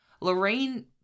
Lorraine